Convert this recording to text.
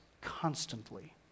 constantly